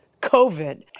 COVID